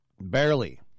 Barely